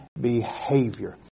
behavior